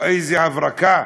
איזה הברקה.